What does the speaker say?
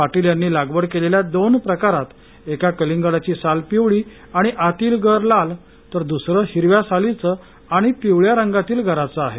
पाटील यांनी लागवड केलेल्या दोन प्रकारात एका कलिंगडाची साल पिवळी आणि आतील गर लाल तर दुसरं हिरव्या सालीचं आणि पिवळ्या रंगातील गराचं आहे